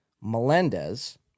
Melendez